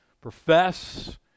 profess